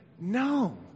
no